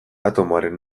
atomoaren